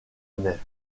nef